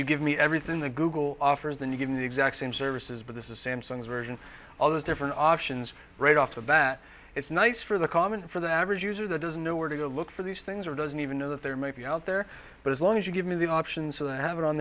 you give me everything the google offers then you give the exact same services but this is samsung's version all those different options right off the bat it's nice for the common for the average user that doesn't know where to look for these things or doesn't even know that there may be out there but as long as you give me the option so they have it on